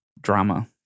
drama